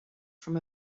from